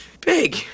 big